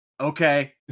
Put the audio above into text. okay